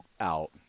out